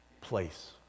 place